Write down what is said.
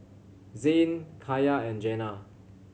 Zayne Kaia and Jenna